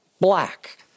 black